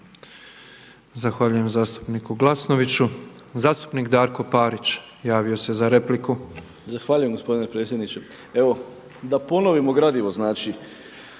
Zahvaljujem zastupniku Glasnoviću. Zastupnik Darko Parić javio se za repliku. **Parić, Darko (SDP)** Zahvaljujem gospodine predsjedniče. Evo da ponovimo gradivo, znači